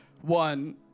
one